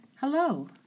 Hello